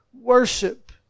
Worship